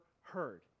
heard